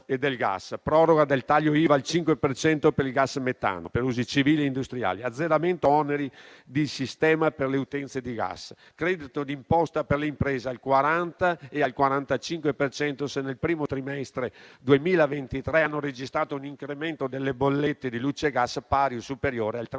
proroga del taglio IVA al 5 per cento per il gas metano per usi civili e industriali; azzeramento oneri di sistema per le utenze di gas; credito d'imposta per le impresa al 40, e al 45 per cento se nel primo trimestre 2023 hanno registrato un incremento delle bollette di luce e gas pari o superiore al 30